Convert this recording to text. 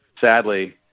sadly